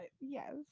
yes